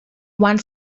want